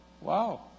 Wow